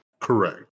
Correct